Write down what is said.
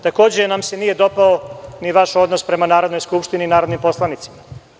Takođe, nije nam se dopao ni vaš odnos prema Narodnoj skupštini i narodnim poslanicima.